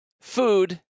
food